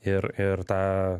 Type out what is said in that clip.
ir ir tą